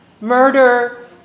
murder